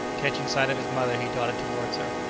catching sight of his mother, he darted towards her.